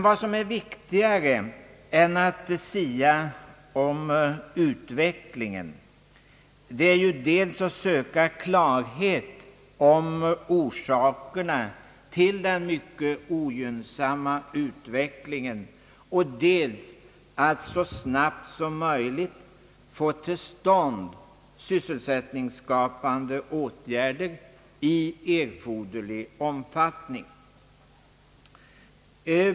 Vad som är viktigare än att sia om utvecklingen är dock dels att söka klarhet om orsakerna till den mycket ogynnsamma utvecklingen och dels att så snabbt som möjligt få till stånd sysselsättningsskapande åtgärder i erforderlig omfattning.